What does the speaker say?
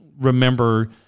remember